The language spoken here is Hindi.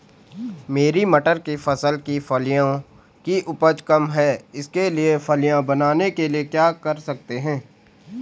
मेरी मटर की फसल की फलियों की उपज कम है इसके फलियां बनने के लिए क्या कर सकते हैं?